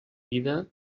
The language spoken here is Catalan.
vida